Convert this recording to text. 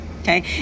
okay